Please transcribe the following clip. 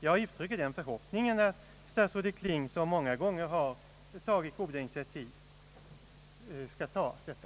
Jag uttrycker den förhoppningen att herr statsrådet Kling, som så många gånger tagit goda initiativ, skall ta även detta.